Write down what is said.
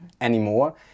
anymore